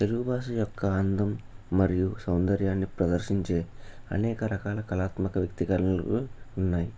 తెలుగు బాష యొక్క అందం మరియు సౌందర్యాన్ని ప్రదర్శించే అనేక రకాల కళాత్మక వ్యక్తీకరణలు ఉన్నాయి